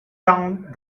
down